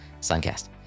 suncast